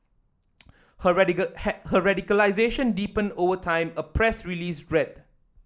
her hi her radicalisation deepened over time a press release read